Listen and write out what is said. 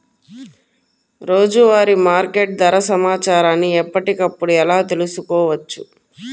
రోజువారీ మార్కెట్ ధర సమాచారాన్ని ఎప్పటికప్పుడు ఎలా తెలుసుకోవచ్చు?